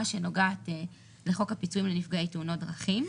שנוגעת לחוק הפיצויים לנפגעי תאונות דרכים.